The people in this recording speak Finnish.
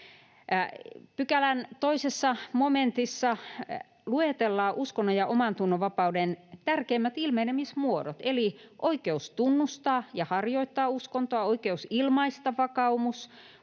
Pykälän 2 momentissa luetellaan uskonnon- ja omantunnonvapauden tärkeimmät ilmenemismuodot eli oikeus tunnustaa ja harjoittaa uskontoa, oikeus ilmaista vakaumus,